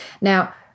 Now